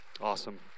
Awesome